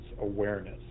awareness